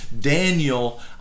Daniel